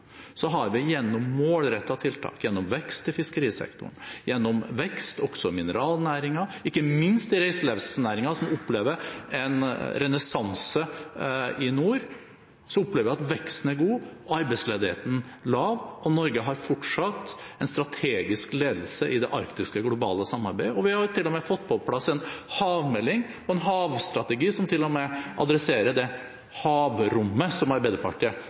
vi, gjennom målrettede tiltak, vekst i fiskerisektoren, vekst i mineralnæringen og ikke minst vekst i reiselivsnæringen, som opplever en renessanse i nord. Så vi opplever at veksten er god, arbeidsledigheten er lav, og Norge har fortsatt en strategisk ledelse i det arktiske globale samarbeidet. Vi har til og med fått på plass en havmelding og en havstrategi, som til og med adresserer det havrommet som Arbeiderpartiet